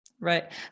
Right